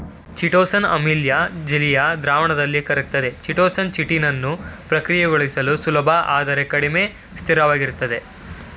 chitosan ಆಮ್ಲೀಯ ಜಲೀಯ ದ್ರಾವಣದಲ್ಲಿ ಕರಗ್ತದೆ ಚಿಟೋಸಾನ್ ಚಿಟಿನನ್ನು ಪ್ರಕ್ರಿಯೆಗೊಳಿಸಲು ಸುಲಭ ಆದರೆ ಕಡಿಮೆ ಸ್ಥಿರವಾಗಿರ್ತದೆ